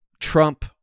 Trump